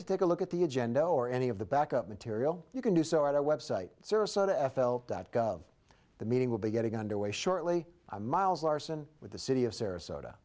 to take a look at the agenda or any of the backup material you can do so at our website sarasota f l dot gov the meeting will be getting underway shortly miles larson with the city of sarasota